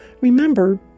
remember